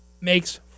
makes